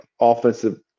offensive